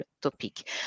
topic